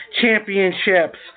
Championships